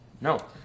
No